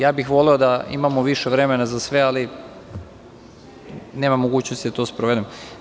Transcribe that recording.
Voleo bih da imamo više vremena za sve, ali nema mogućnosti da to sprovedem.